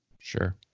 Sure